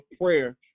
prayer